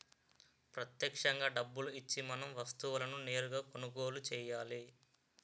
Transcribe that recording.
ప్రత్యక్షంగా డబ్బులు ఇచ్చి మనం వస్తువులను నేరుగా కొనుగోలు చేయాలి